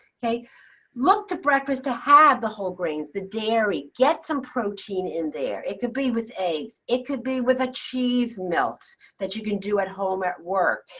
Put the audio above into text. look to breakfast to have the whole grains, the dairy, get some protein in there. it could be with eggs. it could be with a cheese, milks that you can do at home, at work.